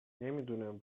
نمیدونم